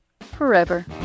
forever